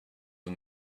and